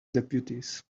deputies